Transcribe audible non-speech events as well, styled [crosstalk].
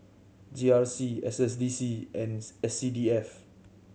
G R C S S D C and [unintelligible] S C D F